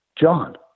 John